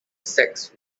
sex